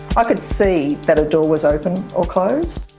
i could see that a door was open or closed,